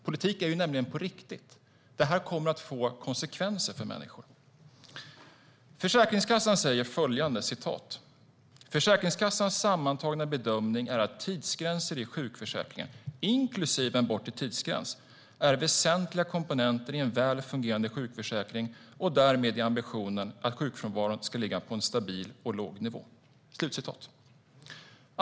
Politik är nämligen på riktigt, och det här kommer att få konsekvenser för människor. Försäkringskassan säger följande: Försäkringskassans sammantagna bedömning är att tidsgränser i sjukförsäkringen, inklusive en bortre tidsgräns, är väsentliga komponenter i en väl fungerande sjukförsäkring och därmed i ambitionen att sjukfrånvaron ska ligga på en stabil och låg nivå.